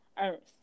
Earth